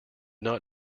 not